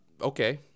Okay